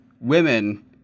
women